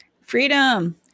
Freedom